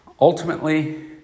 Ultimately